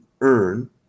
earn